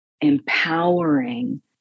empowering